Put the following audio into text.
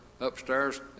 upstairs